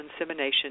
insemination